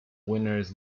winners